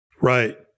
Right